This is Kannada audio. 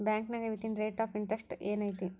ಬಾಂಕ್ನ್ಯಾಗ ಇವತ್ತಿನ ರೇಟ್ ಆಫ್ ಇಂಟರೆಸ್ಟ್ ಏನ್ ಐತಿ